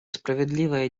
справедливое